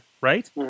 right